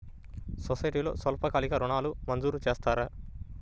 సొసైటీలో స్వల్పకాలిక ఋణాలు మంజూరు చేస్తారా?